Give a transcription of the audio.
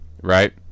right